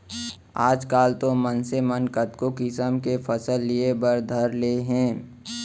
आजकाल तो मनसे मन कतको किसम के फसल लिये बर धर ले हें